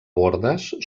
bordes